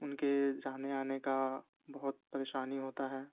ان کے جانے آنے کا بہت پریشانی ہوتا ہے